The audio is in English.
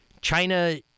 China